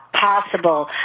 possible